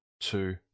two